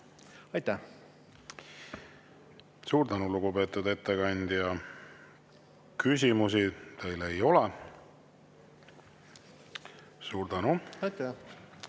Aitäh! Suur tänu, lugupeetud ettekandja! Küsimusi teile ei ole. Suur tänu! Aitäh!